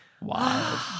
wow